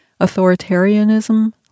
Authoritarianism